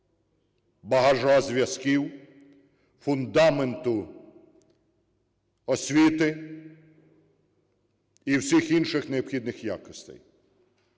багажу зв’язків, фундаменту освіти і всіх інших необхідних якостей.